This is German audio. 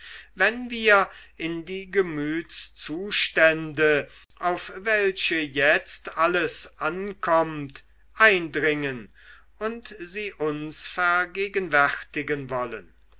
wenn wir in die gemütszustände auf welche jetzt alles ankommt eindringen und sie uns vergegenwärtigen wollen